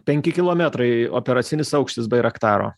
penki kilometrai operacinis aukštis bairaktaro